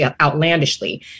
outlandishly